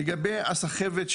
לגבי הסחבת,